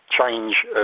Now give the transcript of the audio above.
change